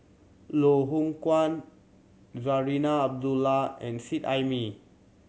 Loh Hoong Kwan Zarinah Abdullah and Seet Ai Mee